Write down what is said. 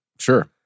Sure